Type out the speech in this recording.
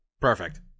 Perfect